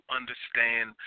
understand